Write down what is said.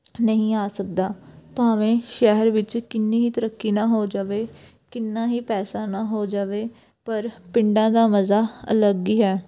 ਨਹੀਂ ਆ ਸਕਦਾ ਭਾਵੇਂ ਸ਼ਹਿਰ ਵਿੱਚ ਕਿੰਨੀ ਹੀ ਤਰੱਕੀ ਨਾ ਹੋ ਜਾਵੇ ਕਿੰਨਾ ਹੀ ਪੈਸਾ ਨਾ ਹੋ ਜਾਵੇ ਪਰ ਪਿੰਡਾਂ ਦਾ ਮਜ਼ਾ ਅਲੱਗ ਹੀ ਹੈ